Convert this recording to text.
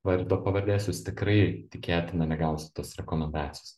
vardo pavardės jūs tikrai tikėtina negausit tos rekomendacijos